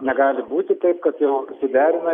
negali būti taip kad jau suderina